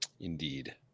Indeed